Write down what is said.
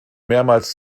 mehrmals